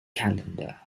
calendar